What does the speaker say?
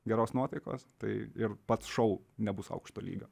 geros nuotaikos tai ir pats šou nebus aukšto lygio